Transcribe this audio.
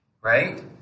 right